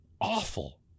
Awful